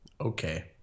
okay